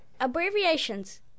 abbreviations